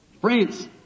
France